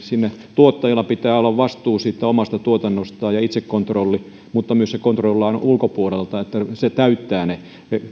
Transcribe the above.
tuottajalla pitää olla vastuu siitä omasta tuotannostaan ja itsekontrolli mutta se kontrolloidaan myös ulkopuolelta että se täyttää ne